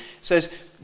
says